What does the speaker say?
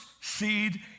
seed